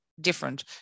different